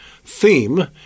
theme